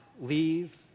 leave